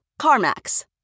CarMax